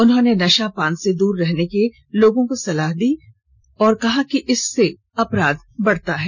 उन्होंने नशा पान से दूर रहने के लोगों को सलाह दी इसर्स अपराध बढ़ता है